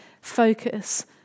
focus